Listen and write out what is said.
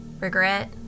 regret